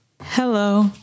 Hello